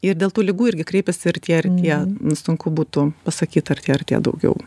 ir dėl tų ligų irgi kreipiasi ir tie ir tie sunku būtų pasakyt ar tai ar tie daugiau